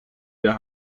der